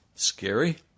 Scary